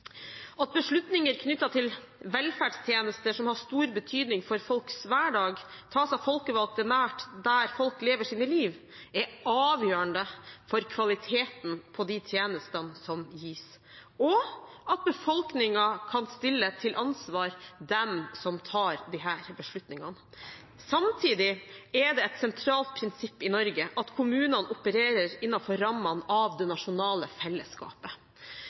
At beslutninger knyttet til velferdstjenester, som har stor betydning for folks hverdag, tas av folkevalgte nær der folk lever sitt liv, er avgjørende for kvaliteten på de tjenestene som gis, og at befolkningen kan stille til ansvar dem som tar disse beslutningene. Samtidig er det et sentralt prinsipp i Norge at kommunene opererer innenfor rammene av det nasjonale fellesskapet.